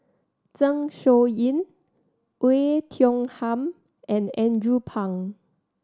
Zeng Shouyin Oei Tiong Ham and Andrew Phang